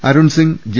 Arun Singh J